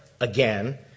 again